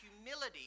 humility